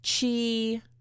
Chi